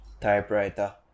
typewriter